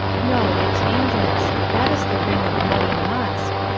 no, it changes that is the ring of money musk.